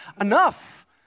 enough